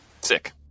Sick